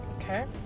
okay